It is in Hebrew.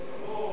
ראשונה.